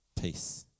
peace